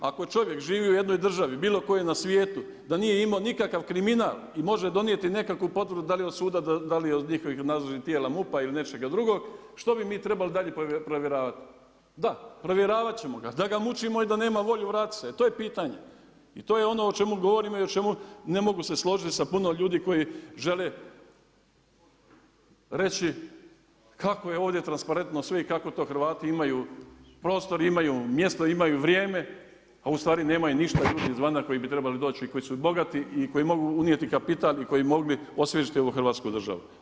Ako je čovjek živio u jednoj državi, bilo kojoj na svijetu da nije imao nikakav kriminal i može donijeti nekakvu potvrdu da li od suda, da li od njihovih nadležnih tijela MUP-a ili nečega drugog, što bi mi trebali dalje provjeravati da, provjeravat ćemo ga, da ga mučimo i da nema volju vratiti se, to je pitanje i to je ono o čemu govorimo i o čemu ne mogu se složiti se sa puno ljudi koji žele reći kako je ovdje transparentno sve i kako to Hrvati imaju prostor, imaju mjesto, imaju vrijeme a u stvari nemaju ništa izvana koji bi trebali doći koji su bogati i koji mogu unijeti kapital i koji bi mogli osvježiti ovu hrvatsku državu.